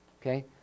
Okay